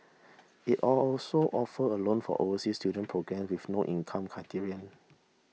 it all also offer a loan for overseas student programme with no income criterion